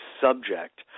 subject